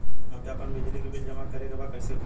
हमके आपन बिजली के बिल जमा करे के बा कैसे होई?